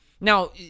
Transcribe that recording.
Now